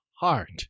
heart